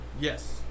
Yes